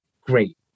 Great